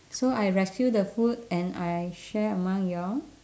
so I rescue the food and I share among you all